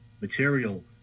material